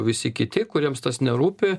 visi kiti kuriems tas nerūpi